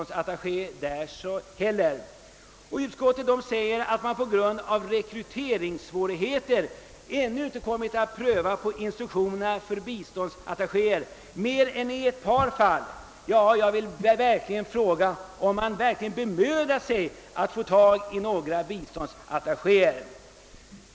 Utskottet skriver att instruktionen för biståndsattachéer på grund av rekryteringssvårigheter ännu inte kommit att prövas mer än i ett par fall. Jag vill fråga, om man verkligen bemödar sig om att få fram några biståndsattachéer.